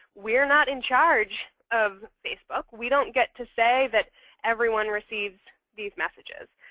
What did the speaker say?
we're not in charge of facebook. we don't get to say that everyone receives these messages.